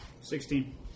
Sixteen